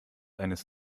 eines